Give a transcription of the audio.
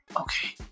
Okay